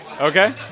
Okay